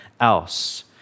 else